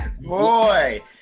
Boy